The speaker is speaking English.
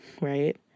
right